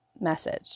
message